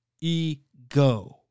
ego